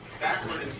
backward